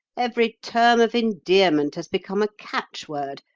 every term of endearment has become a catchword,